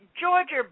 Georgia